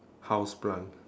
house plant